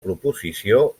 proposició